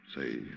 say